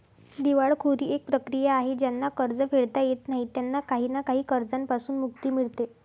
दिवाळखोरी एक प्रक्रिया आहे ज्यांना कर्ज फेडता येत नाही त्यांना काही ना काही कर्जांपासून मुक्ती मिडते